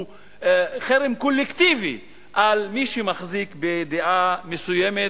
הוא חרם קולקטיבי על מי שמחזיק בדעה מסוימת.